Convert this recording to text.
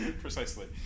Precisely